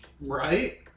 right